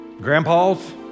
Grandpas